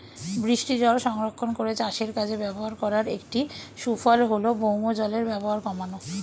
বৃষ্টিজল সংরক্ষণ করে চাষের কাজে ব্যবহার করার একটি সুফল হল ভৌমজলের ব্যবহার কমানো